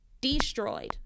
destroyed